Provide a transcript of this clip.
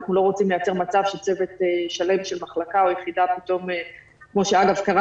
אנחנו לא רוצים לייצר מצב שצוות שלם של מחלקה או יחידה כמו שקרה,